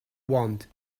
want